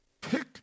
pick